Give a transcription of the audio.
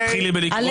תתחילי בקריאת החוק.